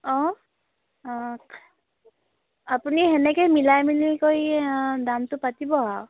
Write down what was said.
অঁ অঁ আপুনি সেনেকৈয়ে মিলাই মেলি কৰি দামটো পাতিব আৰু